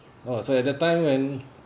!wah! so at that time when